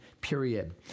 Period